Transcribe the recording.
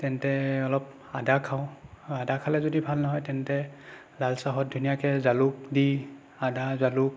তেন্তে অলপ আদা খাওঁ আদা খালে যদি ভাল নহয় তেন্তে লাল চাহত ধুনীয়াকৈ জালুক দি আদা জালুক